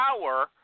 power